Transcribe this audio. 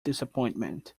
disappointment